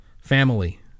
family